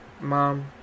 Mom